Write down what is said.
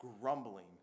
grumbling